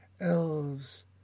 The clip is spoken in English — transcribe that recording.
elves